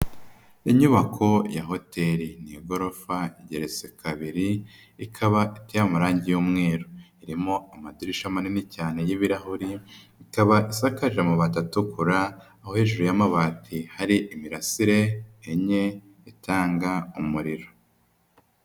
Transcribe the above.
Inyubako ya hoteli, ni igorofa rigeretse kabiri, ikaba iteye amarange y'umweru, irimo amadirishya manini cyane y'ibirahuri, ikaba isakaje amabati atukura, aho hejuru y'amabati hari imirasire ine itanga umuriro.